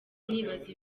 nibaza